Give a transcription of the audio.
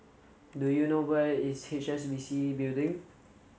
do you know where is H S B C Building